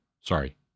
Sorry